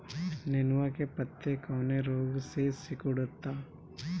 नेनुआ के पत्ते कौने रोग से सिकुड़ता?